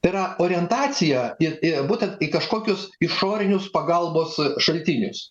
tai yra orientacija į į būtent į kažkokius išorinius pagalbos šaltinius